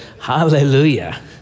Hallelujah